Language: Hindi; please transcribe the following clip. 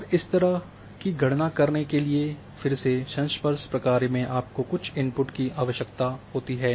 और इस तरह की गणना करने के लिए फिर से संस्पर्श प्रक्रिया में आपको कुछ इनपुट की आवश्यकता होती है